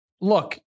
Look